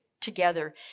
together